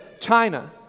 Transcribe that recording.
China